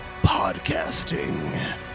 podcasting